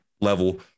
level